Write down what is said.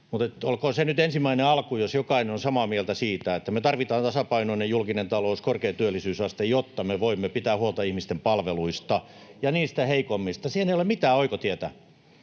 olkoon se nyt ensimmäinen alku, jos jokainen on samaa mieltä siitä, että me tarvitaan tasapainoinen julkinen talous, korkea työllisyysaste, jotta me voimme pitää huolta ihmisten palveluista ja niistä heikoimmista. Siihen ei ole mitään oikotietä.